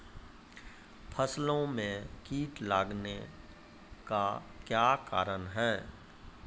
फसलो मे कीट लगने का क्या कारण है?